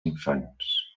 infants